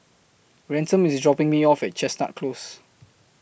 Ransom IS dropping Me off At Chestnut Close